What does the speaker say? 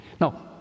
Now